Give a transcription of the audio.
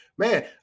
Man